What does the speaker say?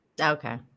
okay